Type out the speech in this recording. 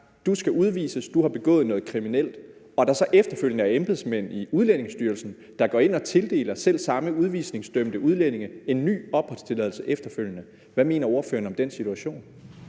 og sagt, at du har begået noget kriminelt og du skal udvises, og der så efterfølgende er embedsmænd i Udlændingestyrelsen, der går ind og tildeler selv samme udvisningsdømte udlænding en ny opholdstilladelse. Hvad mener ordføreren om den situation?